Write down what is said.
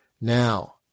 Now